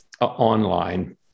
online